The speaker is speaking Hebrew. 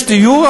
יש דיור,